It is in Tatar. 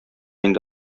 инде